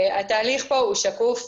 התהליך פה הוא שקוף.